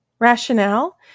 Rationale